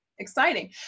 Exciting